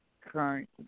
current